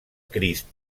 crist